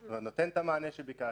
זה נותן את המענה שביקשתם,